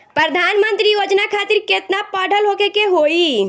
प्रधानमंत्री योजना खातिर केतना पढ़ल होखे के होई?